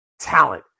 talent